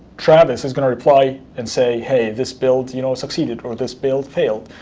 travis is going to reply and say, hey, this build you know succeeded, or this build failed,